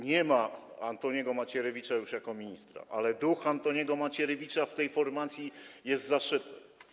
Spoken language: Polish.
Nie ma już Antoniego Macierewicza jako ministra, ale duch Antoniego Macierewicza w tej formacji jest zaszyty.